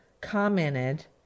commented